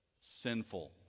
sinful